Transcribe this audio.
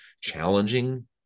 challenging